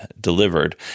delivered